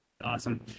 Awesome